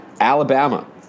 Alabama